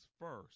first